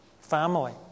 family